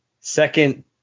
second